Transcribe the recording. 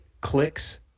clicks